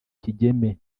kigeme